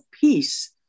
peace